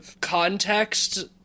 context